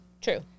True